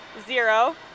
zero